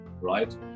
right